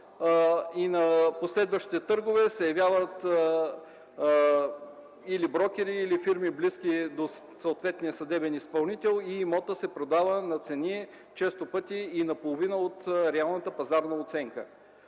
а на последващите търгове се явяват или брокери или фирми, близо до съответния съдебен изпълнител и имотът се продава на цени, често пъти и на половина от реалната пазарна оценка.